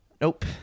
Nope